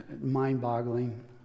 mind-boggling